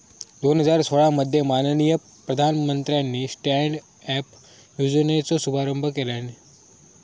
दोन हजार सोळा मध्ये माननीय प्रधानमंत्र्यानी स्टॅन्ड अप योजनेचो शुभारंभ केला